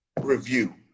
review